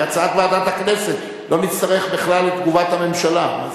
כהצעת ועדת הכנסת לא נצטרך בכלל את תגובת הממשלה.